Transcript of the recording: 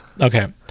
okay